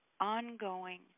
ongoing